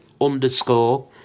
underscore